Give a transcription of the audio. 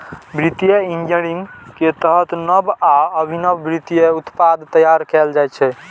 वित्तीय इंजीनियरिंग के तहत नव आ अभिनव वित्तीय उत्पाद तैयार कैल जाइ छै